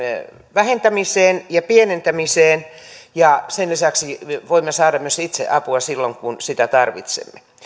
vähentämiseen ja pienentämiseen ja sen lisäksi voimme saada myös itse apua silloin kun sitä tarvitsemme